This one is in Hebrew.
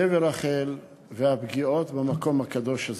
קבר רחל והפגיעות במקום הקדוש הזה,